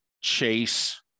chase